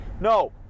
No